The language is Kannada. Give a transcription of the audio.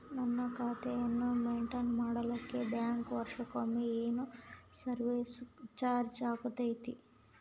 ನನ್ನ ಖಾತೆಯನ್ನು ಮೆಂಟೇನ್ ಮಾಡಿಲಿಕ್ಕೆ ಬ್ಯಾಂಕ್ ವರ್ಷಕೊಮ್ಮೆ ಏನು ಸರ್ವೇಸ್ ಚಾರ್ಜು ಹಾಕತೈತಿ?